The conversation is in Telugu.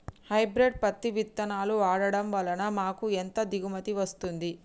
హైబ్రిడ్ పత్తి విత్తనాలు వాడడం వలన మాకు ఎంత దిగుమతి వస్తుంది?